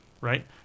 right